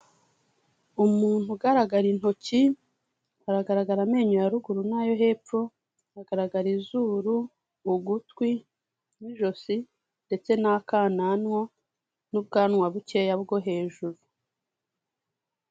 Umuntu ugaragara intoki, haragaragara amenyo ya ruguru n'ayo hepfo, haragaragara izuru, ugutwi n'ijosi ndetse n'akananwa n'ubwanwa bukeya bwo hejuru.